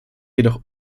jedoch